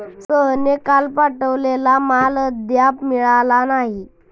सोहनने काल पाठवलेला माल अद्याप मिळालेला नाही